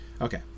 Okay